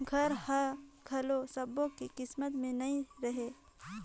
घर हर घलो सब्बो के किस्मत में नइ रहें